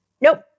Nope